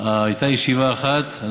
הייתה ישיבה אחת,